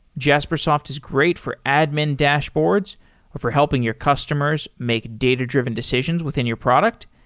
jaspersoft is great for admin dashboards or for helping your customers make data-driven decisions within your product,